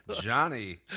Johnny